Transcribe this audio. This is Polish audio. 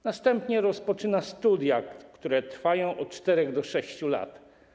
Następnie rozpoczyna studia, które trwają od 4 do 6 lat.